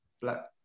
black